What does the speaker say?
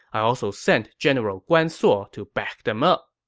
i also sent general guan suo to back them up.